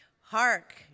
Hark